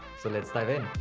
so let's dive in.